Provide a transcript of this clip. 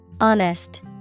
Honest